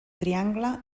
triangle